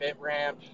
BitRamp